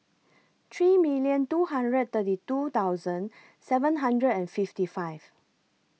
three million two hundred and thirty two seven hundred and fifty five